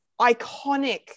iconic